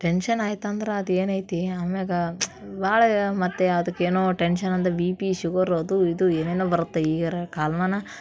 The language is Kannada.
ಟೆನ್ಶನ್ ಆಯ್ತಂದ್ರೆ ಅದು ಏನೈತಿ ಆಮ್ಯಾಗ ಭಾಳ ಮತ್ತು ಅದ್ಕೆ ಏನೋ ಟೆನ್ಶನ್ ಅಂದರೆ ಬಿಪಿ ಶುಗರ್ ಅದು ಇದು ಏನೆನೋ ಬರುತ್ತೆ ಈಗಾರ ಕಾಲಮಾನ